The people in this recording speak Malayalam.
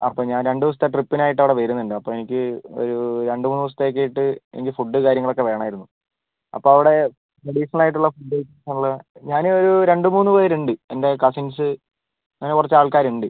അപ്പോൾ ഞാൻ രണ്ട് ദിവസത്തെ ട്രിപ്പിനായിട്ട് അവിടെ വരുന്നുണ്ട് അപ്പോൾ എനിക്ക് ഒരു രണ്ട് മൂന്ന് ദിവസത്തേക്കായിട്ട് എനിക്ക് ഫുഡ് കാര്യങ്ങളൊക്കെ വേണമായിരുന്നു അപ്പോൾ അവിടെ ട്രഡീഷണൽ ആയിട്ടുള്ള ഫുഡ് ഉള്ളത് ഞാൻ ഒരു രണ്ട് മൂന്ന് പേരുണ്ട് എൻ്റെ കസിൻസ് അങ്ങനെ കുറച്ച് ആൾക്കാർ ഉണ്ട്